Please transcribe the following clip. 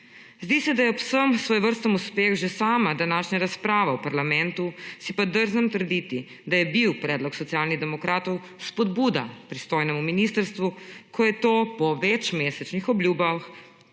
Zdi se, da je ob vsem svojevrstnem uspeh že sama današnja razprava v parlamentu, si pa drznem trditi, da je bil predlog Socialnih demokrat spodbuda pristojnemu ministrstvu, ko je to po večmesečnih obljubah